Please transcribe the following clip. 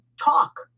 talk